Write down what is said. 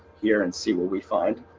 here and see what we find